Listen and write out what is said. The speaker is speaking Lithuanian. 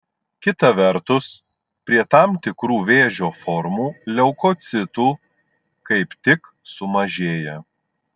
kita vertus prie tam tikrų vėžio formų leukocitų kaip tik sumažėja